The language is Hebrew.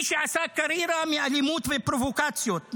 מי שעשה קריירה מאלימות ופרובוקציות,